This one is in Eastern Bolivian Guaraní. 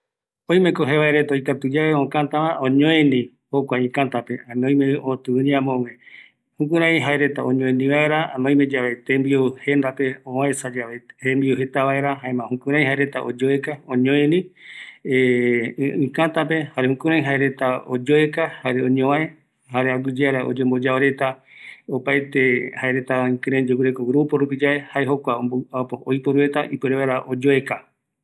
Oimeko jevae reta oikatu yae okätava, oñoeni pɨpereta, oime otïvïñeva, jukuraï jaereta oyoeka oime yave ovae tembiu, oñoeni, oyoeka aguiyeara oyemboyao reta, jare oiko vaera mopetïrami